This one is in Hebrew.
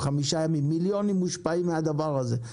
מיליונים מושפעים מהדבר הזה.